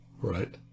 Right